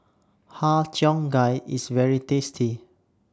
Har Cheong Gai IS very tasty